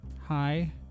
Hi